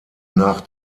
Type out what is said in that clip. nach